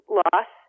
loss